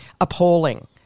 appalling